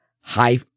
high